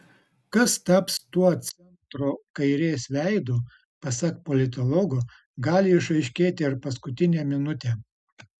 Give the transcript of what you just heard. kas taps tuo centro kairės veidu pasak politologo gali išaiškėti ir paskutinę minutę